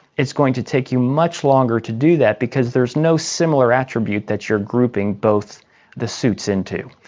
it's going to take you much longer to do that because there is no similar attribute that you are grouping both the suits into.